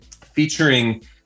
featuring